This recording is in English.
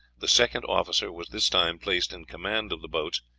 the second officer was this time placed in command of the boats,